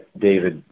David